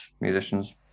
musicians